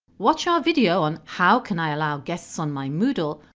watch our video on how can i allow guests on my moodle?